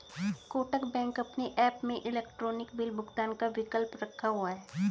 Kotak bank अपने app में electronic bill भुगतान का विकल्प रखा हुआ है